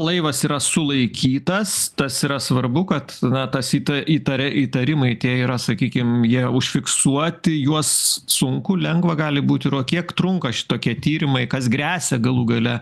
laivas yra sulaikytas tas yra svarbu kad na tas įta įtaria įtarimai tie yra sakykim jie užfiksuoti juos sunku lengva gali būt įro kiek trunka šitokie tyrimai kas gresia galų gale